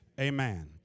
amen